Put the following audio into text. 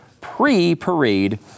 pre-parade